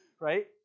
right